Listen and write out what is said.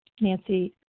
Nancy